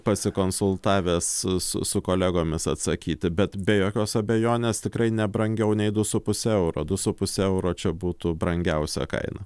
pasikonsultavęs su su su kolegomis atsakyti bet be jokios abejonės tikrai ne brangiau nei du su puse euro du su puse euro čia būtų brangiausia kaina